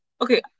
okay